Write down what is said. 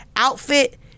Outfit